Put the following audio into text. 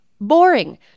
boring